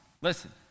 Listen